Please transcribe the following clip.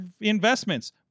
Investments